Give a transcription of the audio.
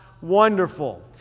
wonderful